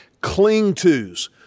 cling-to's